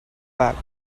back